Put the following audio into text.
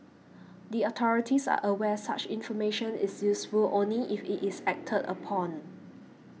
the authorities are aware such information is useful only if it is acted upon